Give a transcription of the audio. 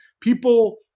people